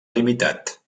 limitat